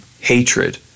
hatred